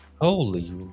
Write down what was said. Holy